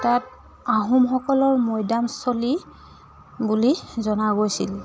তাত আহোমসকলৰ মৈদামস্থলী বুলি জনা গৈছিল